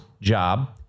job